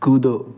कूदो